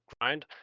grind